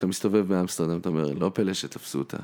אתה מסתובב באמסטרדם, אתה אומר, לא פלא שתפסו אותה.